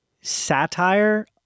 satire